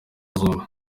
zombi